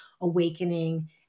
awakening